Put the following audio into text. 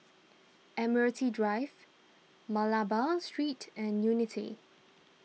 Admiralty Drive Malabar Street and Unity